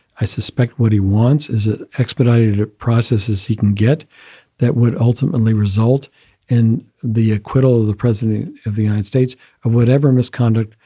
i suspect what he wants is an expedited process as he can get that would ultimately result in the acquittal of the president of the united states or whatever misconduct.